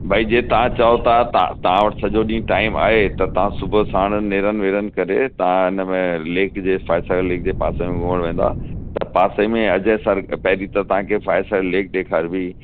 भई जे तव्हां चयो था तव्हां वटि सॼो ॾींहुं टाइम आहे त तव्हां सुबुहु साण नेरनि वेरनि करे तव्हां हिन में लेक जे फॉयसागर लेक जे पासे में घुमण वेंदा त पासे में अजयसर पहिरीं त तव्हांखे फॉयसागर लेक ॾेखारिबी